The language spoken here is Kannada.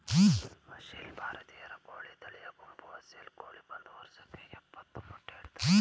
ಅಸೀಲ್ ಭಾರತೀಯ ಕೋಳಿ ತಳಿಯ ಗುಂಪು ಅಸೀಲ್ ಕೋಳಿ ಒಂದ್ ವರ್ಷಕ್ಕೆ ಯಪ್ಪತ್ತು ಮೊಟ್ಟೆ ಇಡ್ತದೆ